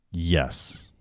Yes